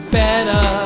better